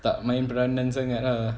tak main peranan sangat lah